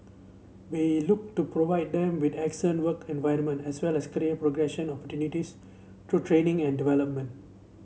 we look to provide them with excellent work environment as well as career progression opportunities through training and development